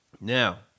Now